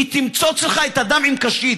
היא תמצוץ לך את הדם עם קשית,